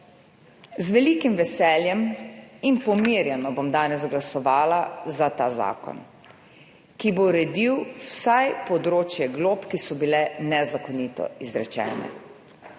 Z velikim veseljem in pomirjeno bom danes glasovala za ta zakon, ki bo uredil vsaj področje glob, ki so bile nezakonito izrečene.